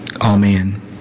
Amen